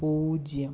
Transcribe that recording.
പൂജ്യം